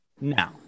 now